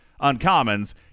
uncommons